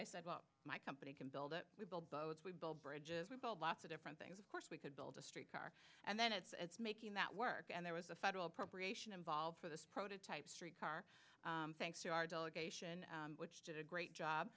i said well my company build it we build boats we build bridges we build lots of different things of course we could build a streetcar and then it's making that work and there was a federal appropriation involved for this prototype street car thanks to our delegation which did a great job